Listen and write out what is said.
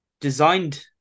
designed